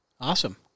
Awesome